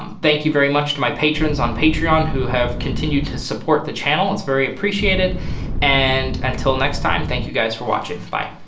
um thank you very much to my patrons on patreon who have continued to support the channel. it's very appreciated and until next time thank you guys for watching bye.